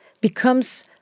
becomes